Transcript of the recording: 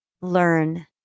learn